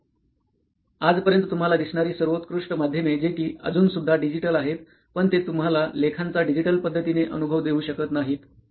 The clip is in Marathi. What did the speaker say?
गदी आजपर्यंत तुम्हाला दिसणारी सर्वोत्कृष्ट माध्यमे जे कि अजूनसुद्धा डिजिटल आहेत पण ते तुम्हला लेखांचा डिजिटल पद्धतीने अनुभव देवू शकत नाहीत